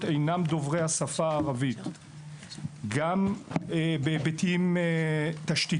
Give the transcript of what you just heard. אינם דוברי השפה הערבית; גם בהיבטים התשתיתיים,